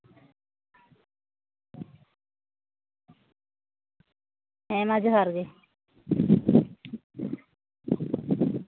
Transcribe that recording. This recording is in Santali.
ᱦᱮᱸᱢᱟ ᱡᱚᱦᱟᱨ ᱜᱮ